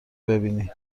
ببینی